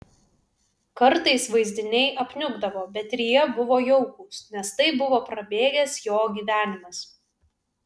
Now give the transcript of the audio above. kartais vaizdiniai apniukdavo bet ir jie buvo jaukūs nes tai buvo prabėgęs jo gyvenimas